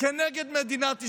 כנגד מדינת ישראל.